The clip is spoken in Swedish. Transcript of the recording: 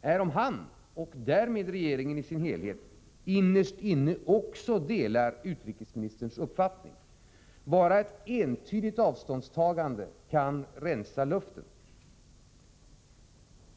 är om han och därmed regeringen i dess helhet innerst inne också delar utrikesministerns uppfattning. Bara ett entydigt avståndstagande kan rensa luften.